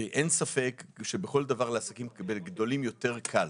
אין ספק שלעסקים הגדולים יותר קל.